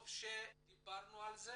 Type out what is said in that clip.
טוב שדיברנו על זה